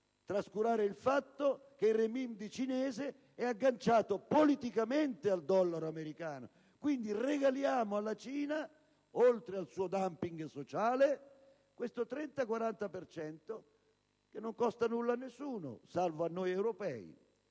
trascurare il fatto che il renminbi cinese è agganciato politicamente al dollaro americano. Quindi, noi regaliamo alla Cina, oltre al suo *dumping* sociale, questo 30-40 per cento, che non costa nulla a nessuno, salvo a noi europei.